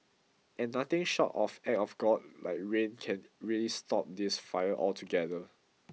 and nothing short of act of god like rain can really stop this fire altogether